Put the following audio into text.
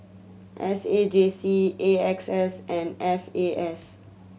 S A J C A X S and F A S